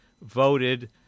voted